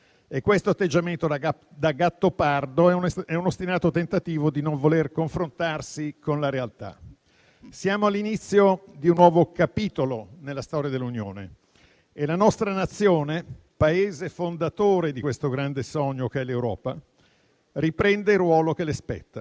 questo atteggiamento da Gattopardo è un ostinato tentativo di non voler confrontarsi con la realtà. Siamo all'inizio di un nuovo capitolo nella storia dell'Unione e la nostra Nazione, Paese fondatore del grande sogno che è l'Europa, riprende il ruolo che le spetta,